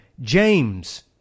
James